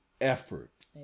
effort